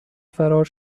فرار